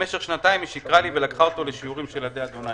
במשך שנתיים היא שיקרה לי ולקחה אותו לשיעורים של עדי יהוה".